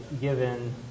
given